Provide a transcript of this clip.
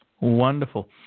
Wonderful